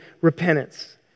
repentance